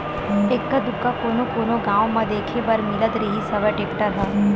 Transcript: एक्का दूक्का कोनो कोनो गाँव म देखे बर मिलत रिहिस हवय टेक्टर ह